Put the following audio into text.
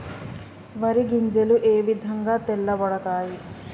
వరి గింజలు ఏ విధంగా తెల్ల పడతాయి?